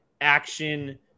action